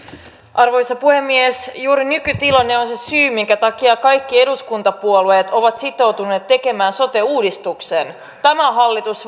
arvoisa puhemies juuri nykytilanne on se syy minkä takia kaikki eduskuntapuolueet ovat sitoutuneet tekemään sote uudistuksen tämä hallitus